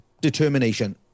determination